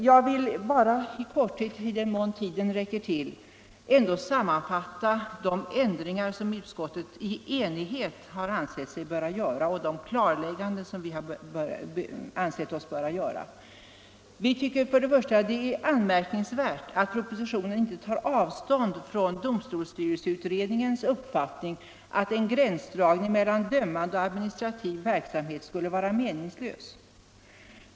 Jag vill bara i korthet i den mån tiden räcker till ändå sammanfatta de ändringar och klarlägganden som utskottet i enighet har ansett sig böra göra. Vi tycker det är anmärkningsvärt att propositionen inte tar avstånd från domstolsstyrelseutredningens uppfattning att en gränsdragning mellan dömande och administrativ verksamhet skulle vara meningslös.